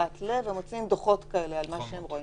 אחת ל- ומוציאה דוחות על מה שהיא רואה.